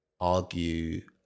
argue